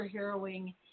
superheroing